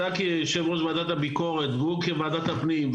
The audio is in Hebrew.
אתה כיושב-ראש ועדת הביקורת והוא כוועדת הפנים,